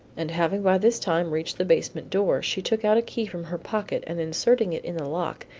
and having by this time reached the basement door, she took out a key from her pocket and inserting it in the lock,